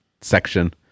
section